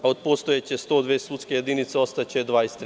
Od postojeće 102 sudske jedinice ostaće 23.